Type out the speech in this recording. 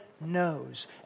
knows